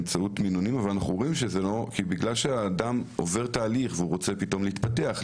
בגלל שאדם עובר תהליך והוא רוצה להתפתח,